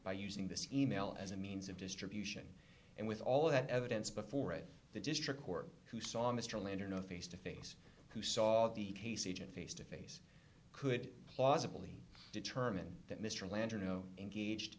by using this e mail as a means of distribution and with all that evidence before it the district court who saw mr landor know face to face who saw the case agent face to face could plausibly determine that mr landor known engaged